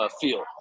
feel